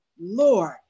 Lord